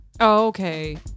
okay